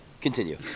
continue